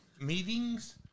meetings